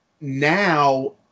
now